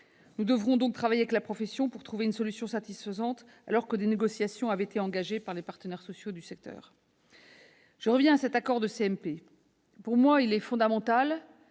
Nous devrons donc travailler avec la profession à trouver une solution satisfaisante, alors que des négociations avaient été engagées par les partenaires sociaux du secteur. Enfin, cet accord en commission mixte paritaire est fondamental,